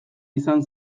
izan